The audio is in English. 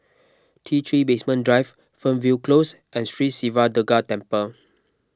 T three Basement Drive Fernvale Close and Sri Siva Durga Temple